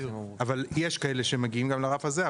יש כאלה שמגיעים לרף הזה,